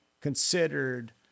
considered